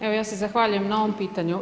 Evo ja se zahvaljujem na ovom pitanju.